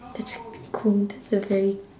that's cool that's a very